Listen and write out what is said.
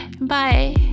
bye